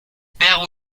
père